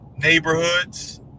neighborhoods